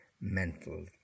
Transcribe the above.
mental